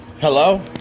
Hello